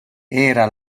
era